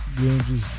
grandes